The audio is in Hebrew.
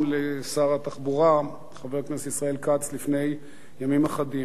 לשר התחבורה חבר הכנסת ישראל כץ לפני ימים אחדים.